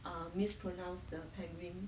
err mispronounced the penguin